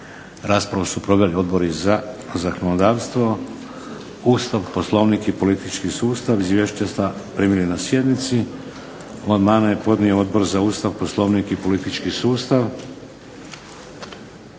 Raspravu su proveli Odbori za zakonodavstvo, Ustav, Poslovnik i politički sustav. Izvješće ste primili na sjednici. Amandmane je podnio Odbor za Ustav, Poslovnik i politički sustav.